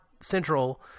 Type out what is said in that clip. central